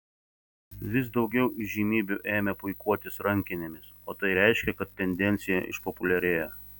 vis daugiau įžymybių ėmė puikuotis rankinėmis o tai reiškė kad tendencija išpopuliarėjo